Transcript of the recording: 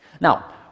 Now